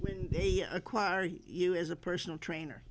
when they acquire you is a personal trainer